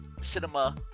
cinema